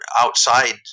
outside